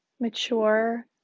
mature